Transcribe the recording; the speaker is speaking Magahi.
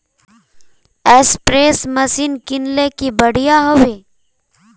स्प्रे मशीन किनले की बढ़िया होबवे?